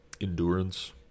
endurance